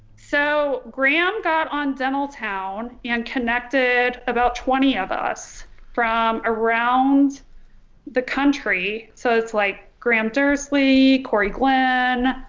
so graham got on dentaltown and connected about twenty of us from around the country so it's like graham dersley, corey glenn,